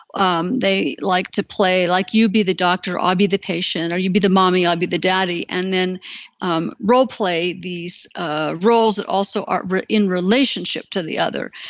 um they like to play like you be the doctor, i'll be the patient, or you be the mommy, i'll be the daddy, and then um role-play these ah roles that also are in relationship to the other.